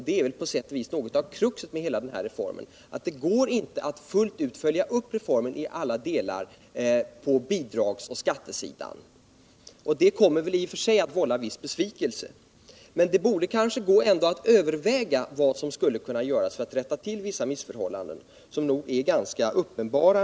Det är väl på sätt och vis kruxet i hela den här reformen —att det inte går att fullt ut följa upp reformen på bidragsoch skattesidan. Detta kommer väl i och för sig att vålla viss besvikelse. Men det borde kanske ändå gå att överväga vad som skulle kunna göras för att rätta till vissa missförhållanden som nog ändå är ganska uppenbara.